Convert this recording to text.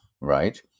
right